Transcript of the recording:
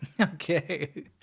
Okay